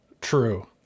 True